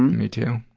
me, too.